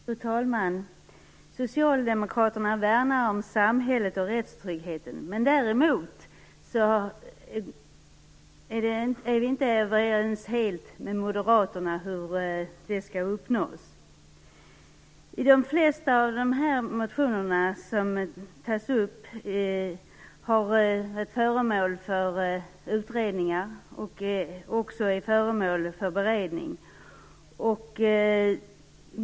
Fru talman! Socialdemokraterna värnar om samhället och om rättstryggheten. Däremot är vi inte helt överens med Moderaterna om hur det skall uppnås. De flesta av de motioner som tas upp i betänkandet berör sådant som är föremål för utredningar eller beredning.